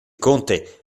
conte